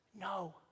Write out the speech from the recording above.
no